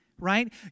right